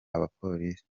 abapolisi